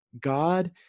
God